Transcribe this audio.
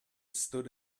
stood